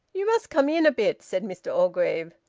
you must come in a bit, said mr orgreave.